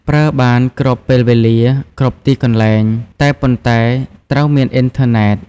ប្រើបានគ្រប់ពេលវេលា គ្រប់ទីកន្លែង តែប៉ុន្តែត្រូវមានអ៊ីនធឺណេត។